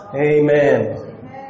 Amen